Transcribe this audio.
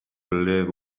live